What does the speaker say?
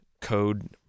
code